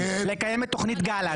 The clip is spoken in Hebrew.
לקיים את תוכנית גלנט,